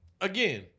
again